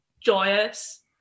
joyous